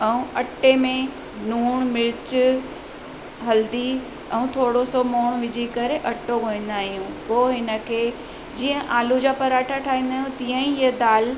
ऐं अटे में लुणु मिर्च हल्दी ऐं थोरो सो मोण विझी करे अटो गोहींदा आहियूं पोइ हिनखे जीअं आलू जा पराठा ठाहींदा आहियूं तीअं ई ईअं दालि